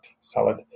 salad